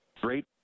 great